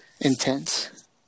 Intense